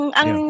ang